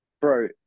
bro